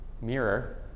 mirror